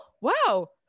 wow